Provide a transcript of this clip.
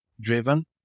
driven